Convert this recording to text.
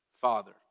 Father